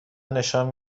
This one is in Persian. نشان